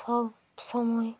সব সময়